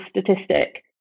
statistic